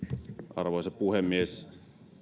arvoisa puhemies